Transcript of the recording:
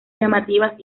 llamativas